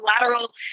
lateral